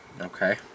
Okay